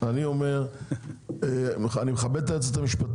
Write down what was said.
אני מכבד את היועצת המשפטית,